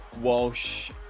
Walsh